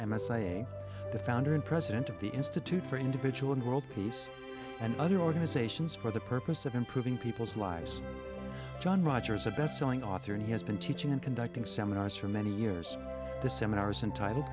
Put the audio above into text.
a the founder and president of the institute for individual and world peace and other organizations for the purpose of improving people's lives john rogers a bestselling author and he has been teaching and conducting seminars for many years the seminars entitled